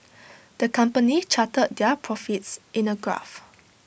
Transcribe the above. the company charted their profits in A graph